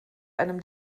einem